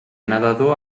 nedador